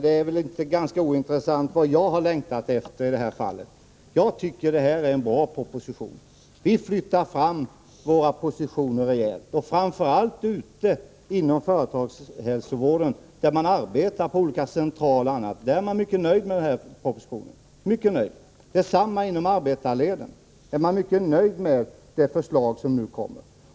Det är väl ganska ointressant, Lars-Ove Hagberg, vad jag har längtat efter i det här fallet. Jag tycker att detta är en bra proposition. Vi flyttar fram våra positioner rejält. Framför allt på olika centraler inom företagshälsovården är man mycket nöjd med den här propositionen. Detsamma gäller inom arbetarleden, där man är mycket nöjd med det förslag som nu kommer.